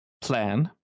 plan